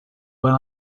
when